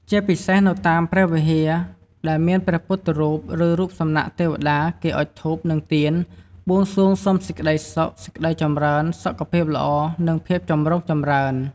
ជាពិសេសនៅតាមព្រះវិហារដែលមានព្រះពុទ្ធរូប ឬរូបសំណាកទេវតាគេអុជធូប និងទៀន បួងសួងសុំសេចក្តីសុខ សេចក្តីចម្រើន សុខភាពល្អ និងភាពចម្រុងចម្រើន។